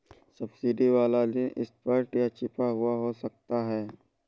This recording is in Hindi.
सब्सिडी वाला ऋण स्पष्ट या छिपा हुआ हो सकता है